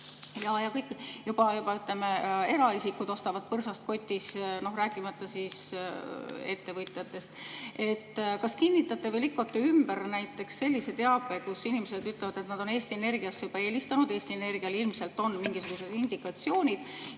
on segaduses. Juba, ütleme, eraisikud ostavad põrsast kotis, rääkimata ettevõtjatest. Kas kinnitate või lükkate ümber näiteks sellise teabe? Inimesed ütlevad, et nad on Eesti Energiasse juba helistanud, Eesti Energial ilmselt on mingisugused indikatsioonid